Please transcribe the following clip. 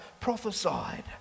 prophesied